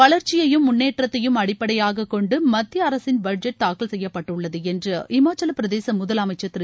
வளர்ச்சியையும் முன்னேற்றத்தையும் அடிப்படையாகக் கொண்டுமத்தியஅரசின் பட்ஜெட் தாக்கல் செய்யப்பட்டுள்ளதுஎன்றுஹிமாச்சலப்பிரதேசமுதலமைச்சர் திரு